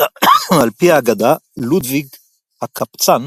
על פי האגדה, לודביג "הקפצן"